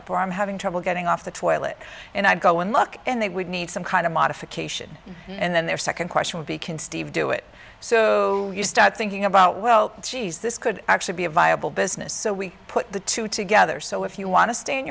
having trouble getting off the toilet and i'd go and look and they would need some kind of modification and then their second question would be can steve do it so you start thinking about well geez this could actually be a viable business so we put the two together so if you want to stay in